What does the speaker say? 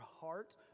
heart